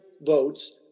votes